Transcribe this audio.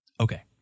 Okay